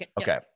okay